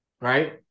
Right